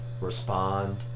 respond